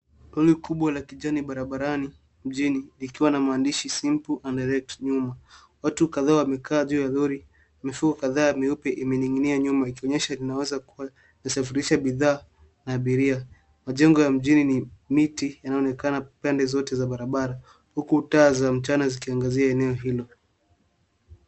Lori kubwa la kijani barabarani mjini likiwa na maandishi simple and direct nyuma. Watu kadhaa wamekaa juu ya lori mifuko kadhaa meupe imening'inia nyuma ikionyesha linaweza kuwa linasafirisha bidhaa na abiria. Majengo ya mjini ni miti yanaonekana pande zote za barabara huku taa za mchana zikiangazia eneo hilo.